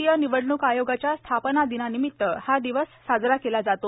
भारतीय निवडणूक आयोगाच्या स्थापना दिनानिमित्त हा दिवस साजरा केला जातो